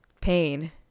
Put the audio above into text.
pain